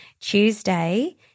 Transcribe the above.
Tuesday